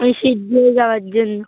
ওই শীত ধরে যাওয়ার জন্য